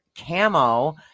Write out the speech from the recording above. Camo